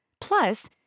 Plus